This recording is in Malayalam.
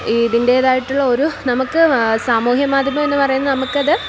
ഇതിൻ്റേത് ആയിട്ടുള്ള ഒരു നമ്മൾക്ക് സാമൂഹ്യ മാധ്യമമെന്ന് പറയുന്ന നമ്മൾക്ക് അത്